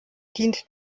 dient